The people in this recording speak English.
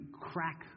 crack